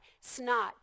snot